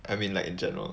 I mean like in general